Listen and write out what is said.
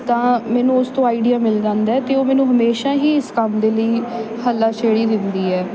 ਤਾਂ ਮੈਨੂੰ ਉਸ ਤੋਂ ਆਈਡਿਆ ਮਿਲ ਜਾਂਦਾ ਅਤੇ ਉਹ ਮੈਨੂੰ ਹਮੇਸ਼ਾ ਹੀ ਇਸ ਕੰਮ ਦੇ ਲਈ ਹੱਲਾਸ਼ੇਰੀ ਦਿੰਦੀ ਹੈ